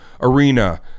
Arena